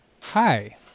hi